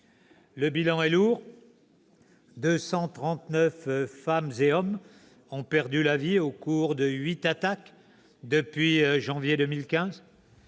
Le bilan est lourd : 239 femmes et hommes ont perdu la vie au cours de huit attaques depuis le mois